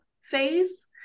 phase